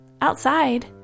Outside